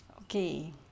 Okay